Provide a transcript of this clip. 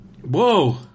Whoa